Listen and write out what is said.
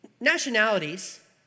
nationalities